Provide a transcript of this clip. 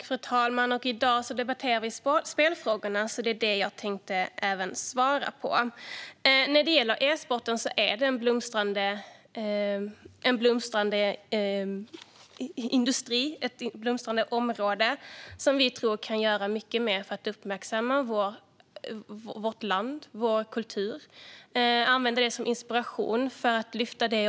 Fru talman! Eftersom dagens debatt rör spelfrågor håller jag mig till dem. E-sporten är ett blomstrande område som vi tror kan göra mycket mer för att uppmärksamma Sverige och svensk kultur.